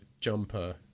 jumper